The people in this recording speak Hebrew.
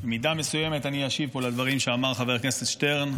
במידה מסוימת אני אשיב פה על הדברים שאמר חבר הכנסת שטרן,